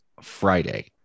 friday